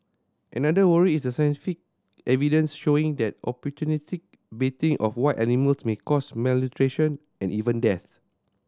another worry is a scientific evidence showing that opportunistic baiting of wild animals may cause malnutrition and even death